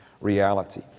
reality